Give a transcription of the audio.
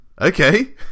Okay